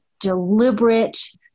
deliberate